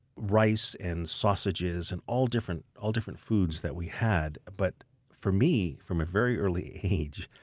rice, and sausages and all different all different foods that we had but for me, from a very early age,